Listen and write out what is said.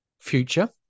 future